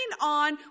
on